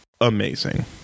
amazing